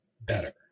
better